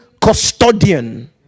custodian